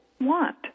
want